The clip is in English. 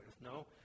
No